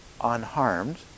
unharmed